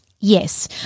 Yes